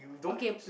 okay